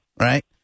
right